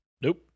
Nope